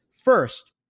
first